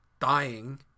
dying